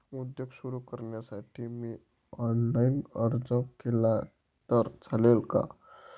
उद्योग सुरु करण्यासाठी मी ऑनलाईन अर्ज केला तर चालेल ना?